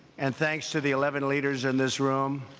and thanks to the eleven leaders in this room,